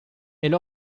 elle